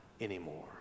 anymore